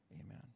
amen